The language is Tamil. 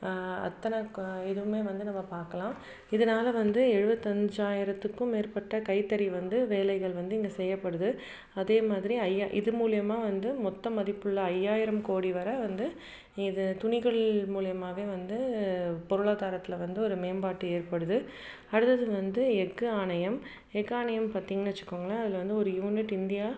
அத்தனை க இதுவும் வந்து நம்ம பார்க்கலாம் இதனால வந்து எழுபத்தஞ்சாயிரத்துக்கும் மேற்பட்ட கைத்தறி வந்து வேலைகள் வந்து இங்கே செய்யப்படுது அதே மாதிரி ஐயா இதன் மூலயமா வந்து மொத்தம் மதிப்புள்ள ஐயாயிரம் கோடி வரை வந்து இது துணிகள் மூலயமாவே வந்து பொருளாதாரத்தில் வந்து ஒரு மேம்பாடு ஏற்படுது அடுத்தது வந்து எஃகு ஆணையம் எஃகு ஆணையம் பார்த்திங்கன்னு வச்சுக்கோங்களேன் அதில் வந்து ஒரு யூனிட் இந்தியா